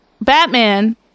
Batman